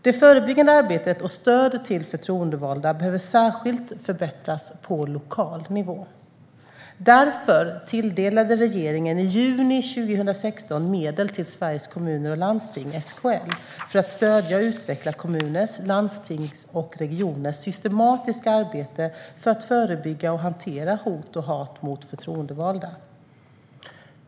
Det förebyggande arbetet och stödet till förtroendevalda behöver särskilt förbättras på lokal nivå. Därför tilldelade regeringen i juni 2016 medel till Sveriges Kommuner och Landsting för att stödja och utveckla kommuners, landstings och regioners systematiska arbete för att förebygga och hantera hot och hat mot förtroendevalda.